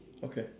okay